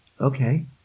okay